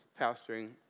pastoring